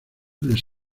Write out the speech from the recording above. les